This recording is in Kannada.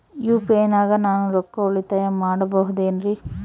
ಯು.ಪಿ.ಐ ನಾಗ ನಾನು ರೊಕ್ಕ ಉಳಿತಾಯ ಮಾಡಬಹುದೇನ್ರಿ?